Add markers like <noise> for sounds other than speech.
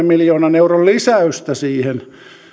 <unintelligible> miljoonan euron lisäystä siihen